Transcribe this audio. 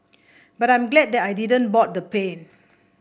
but I'm glad that I didn't board the plane